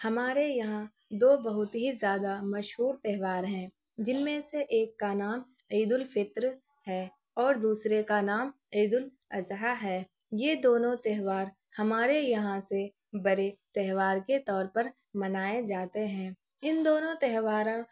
ہمارے یہاں دو بہت ہی زیادہ مشہور تہوار ہیں جن میں سے ایک کا نام عید الفطر ہے اور دوسرے کا نام عیدالاضحیٰ ہے یہ دونوں تہوار ہمارے یہاں سے بڑے تہوار کے طور پر منائے جاتے ہیں ان دونوں تہوار